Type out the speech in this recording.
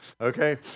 okay